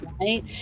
right